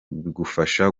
bigufasha